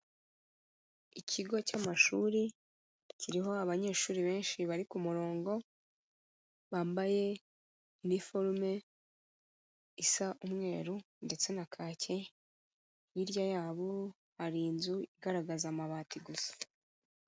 Ikigo cy'amashuri kiriho abanyeshuri benshi bari ku murongo, bambaye iniforume isa umweru ndetse na kaki, hirya yabo hari inzu igaragaza amabati gusa.